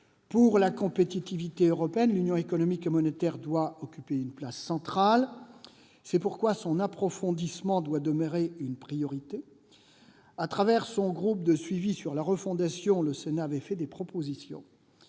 pour la compétitivité européenne, l'Union économique et monétaire doit occuper une place centrale. C'est pourquoi son approfondissement doit demeurer une priorité. Dans le cadre du groupe de suivi sur la refondation, le Sénat avait formulé des propositions.